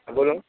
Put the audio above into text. বলুন